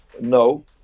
No